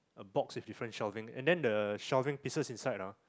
a box with different shelving and then the shelving pieces inside ah